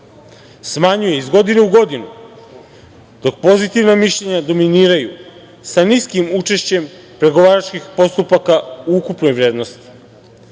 smanjuje iz godine u godinu dok pozitivna mišljenja dominiraju sa niskim učešćem pregovaračkih postupaka u ukupnoj vrednosti. Sve